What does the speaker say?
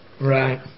Right